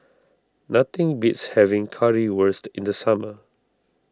nothing beats having Currywurst in the summer